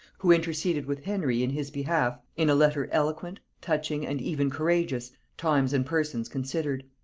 who interceded with henry in his behalf in a letter eloquent, touching, and even courageous, times and persons considered.